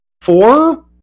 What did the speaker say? four